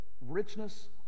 richness